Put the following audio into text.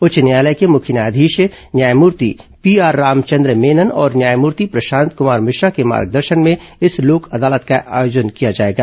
उच्च न्यायालय के मुख्य न्यायाधीश न्यायमूर्ति पीआर रामचन्द्र मेनन और न्यायमूर्ति प्रशांत क्मार मिश्रा के मार्गदर्शन में इस लोक अदालत का आयोजन किया जाएगा